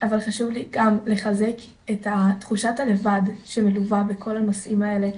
אבל חשוב לי גם לחזק את תחושת הלבד שמלווה את כל הנושאים האלה,